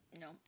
No